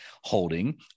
holding